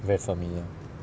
very familiar